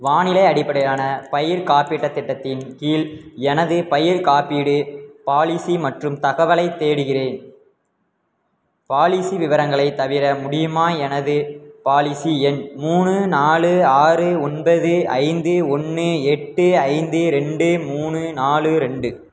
வானிலை அடிப்படையிலான பயிர் காப்பீட்டுத் திட்டத்தின் கீழ் எனது பயிர்க் காப்பீட்டு பாலிசி மற்றும் தகவலைத் தேடுகிறேன் பாலிசி விவரங்களைத் தவிர முடியுமா எனது பாலிசி எண் மூணு நாலு ஆறு ஒன்பது ஐந்து ஒன்று எட்டு ஐந்து ரெண்டு மூணு நாலு ரெண்டு